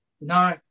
no